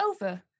over